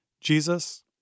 Jesus